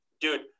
Dude